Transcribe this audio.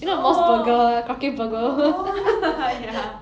oh oh oh ya